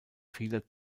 vieler